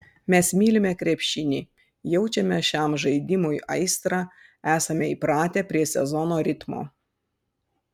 mes mylime krepšinį jaučiame šiam žaidimui aistrą esame įpratę prie sezono ritmo